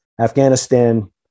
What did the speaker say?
Afghanistan